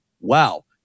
wow